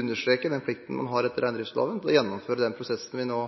understreke den plikten man har etter reindriftsloven til å gjennomføre den prosessen vi nå